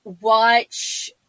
Watch